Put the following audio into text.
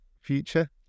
future